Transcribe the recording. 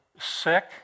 sick